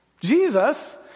Jesus